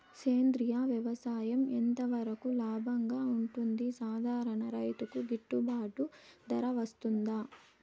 సేంద్రియ వ్యవసాయం ఎంత వరకు లాభంగా ఉంటుంది, సాధారణ రైతుకు గిట్టుబాటు ధర వస్తుందా?